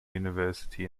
university